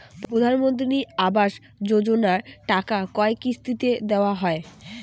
প্রধানমন্ত্রী আবাস যোজনার টাকা কয় কিস্তিতে দেওয়া হয়?